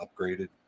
upgraded